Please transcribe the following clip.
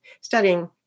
studying